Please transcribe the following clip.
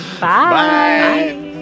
bye